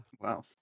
Wow